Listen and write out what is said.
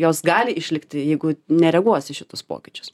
jos gali išlikti jeigu nereaguos į šitus pokyčius